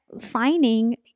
finding